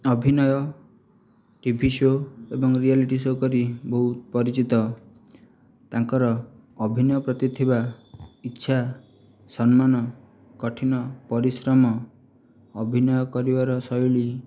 ଅଭିନୟ TV show ଏବଂ reality show କରି ବହୁତ ପରିଚିତ ତାଙ୍କର ଅଭିନୟ ପ୍ରତି ଥିବା ଇଚ୍ଛା ସମ୍ମାନ କଠିନ ପରିଶ୍ରମ ଅଭିନୟ କରିବାର ଶୈଳୀ